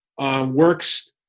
works